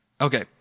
Okay